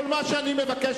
כל מה שאני מבקש,